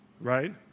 right